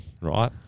right